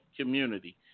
community